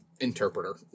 interpreter